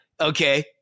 Okay